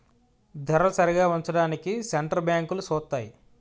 ధరలు సరిగా ఉంచడానికి సెంటర్ బ్యాంకులు సూత్తాయి